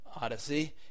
odyssey